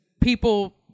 people